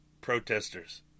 protesters